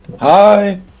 Hi